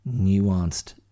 nuanced